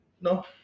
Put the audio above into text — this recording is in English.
No